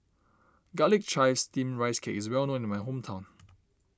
Garlic Chives Steamed Rice Cake is well known in my hometown